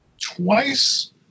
twice